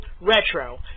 Retro